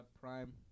Prime